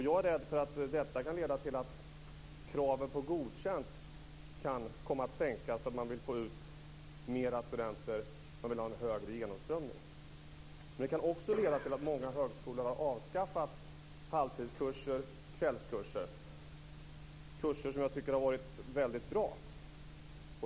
Jag är rädd för att det kan leda till att kraven på betyget godkänd kan komma att sänkas därför att man vill få ut fler studenter och en större genomströmning. Det kan också leda till att många högskolor avskaffar halvtidskurser och kvällskurser, kurser som jag tycker har varit väldigt bra.